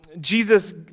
Jesus